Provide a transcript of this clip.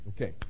Okay